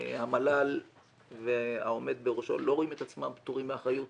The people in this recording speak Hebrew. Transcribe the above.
המל"ל והעומד בראשו לא רואים את עצמם פטורים מאחריות